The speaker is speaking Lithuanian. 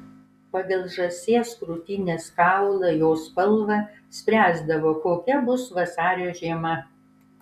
pagal žąsies krūtinės kaulą jo spalvą spręsdavo kokia bus vasario žiema